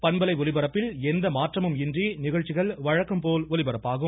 பண்பலை ஒலிபரப்பில் எந்த மாற்றமும் இன்றி நிகழ்ச்சிகள் வழக்கம் போல் ஒலிபரப்பாகும்